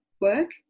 work